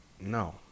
no